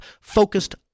focused